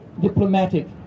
diplomatic